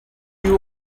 you